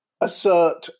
assert